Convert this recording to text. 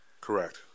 Correct